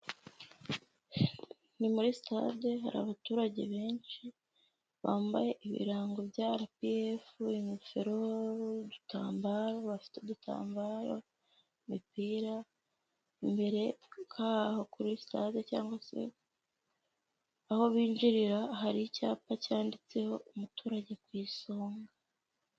Ni muri stade hari abaturage benshi bambaye ibirango bya RPF ingofero, udutambaro bafite udutambaro, imipira imbereho kuri stade cyangwa se aho binjirira hari icyapa cyanditseho umuturage ku isonga.